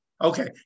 Okay